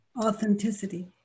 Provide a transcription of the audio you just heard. Authenticity